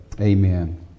Amen